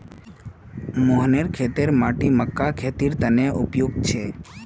मोहनेर खेतेर माटी मकइर खेतीर तने उपयुक्त छेक